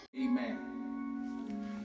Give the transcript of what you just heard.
Amen